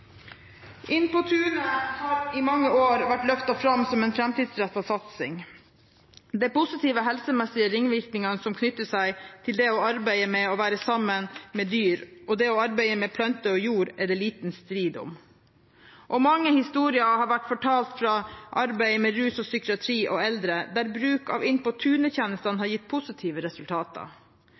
inn i diskusjonen om innlandsoppdrett og gjøre konkrete vurderinger omkring. Med det vil jeg ta opp SVs forslag, nr. 6. «Inn på tunet» har i mange år vært løftet fram som en framtidsrettet satsing. De positive helsemessige ringvirkningene som knytter seg til det å arbeide med og være sammen med dyr og det å arbeide med planter og jord, er det liten strid om. Mange historier har vært fortalt fra arbeidet med rus og psykiatri og